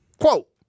Quote